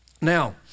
Now